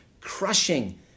crushing